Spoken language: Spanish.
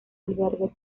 albergue